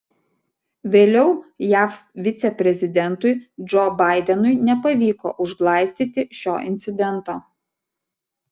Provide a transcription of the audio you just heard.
vėliau jav viceprezidentui džo baidenui nepavyko užglaistyti šio incidento